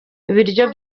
ibiryo